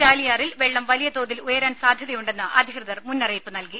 ചാലിയാറിൽ വെള്ളം വലിയതോതിൽ ഉയരാൻ സാധ്യതയുണ്ടെന്ന് അധികൃതർ മുന്നറിയിപ്പ് നൽകി